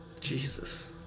Jesus